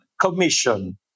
Commission